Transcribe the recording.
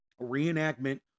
reenactment